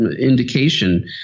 indication